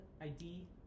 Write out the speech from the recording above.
ID